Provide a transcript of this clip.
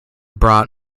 brought